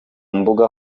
mbuga